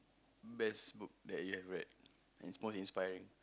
best book that you've read that's most inspiring